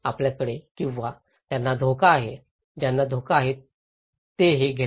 आपल्याकडे किंवा ज्यांना धोका आहे ज्यांना धोका आहे तेच ते हे घेतात